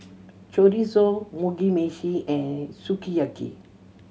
Chorizo Mugi Meshi and Sukiyaki